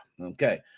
Okay